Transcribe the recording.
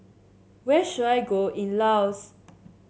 where should I go in Laos